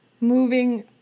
moving